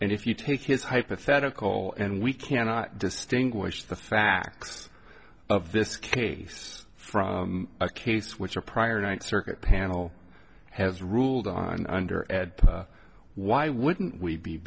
and if you take his hypothetical and we cannot distinguish the facts of this case from a case which a prior ninth circuit panel has ruled on under ed why wouldn't we be